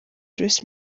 joyce